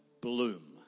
bloom